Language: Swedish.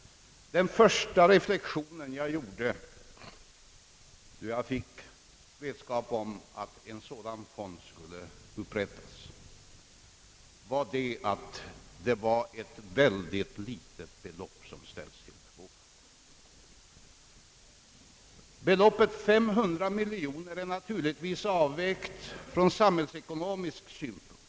Den första reflexion jag gjorde då jag fick vetskap om att en sådan fond skulle upprättas var att det var ett väldigt litet belopp som ställs till förfogande. Beloppet 500 miljoner kronor är naturligtvis avvägt från samhällsekonomisk synpunkt.